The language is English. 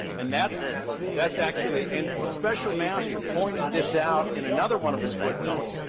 and that's that's actually and the special master pointed this out in another one of his footnotes,